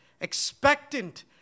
expectant